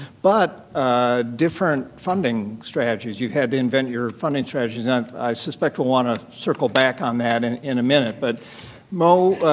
but ah different funding strategies. you had to invent your different funding strategies and i suspect we'll want to circle back on that and in a minute. but moe,